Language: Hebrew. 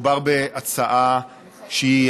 מדובר כאן בהצעה שבאה,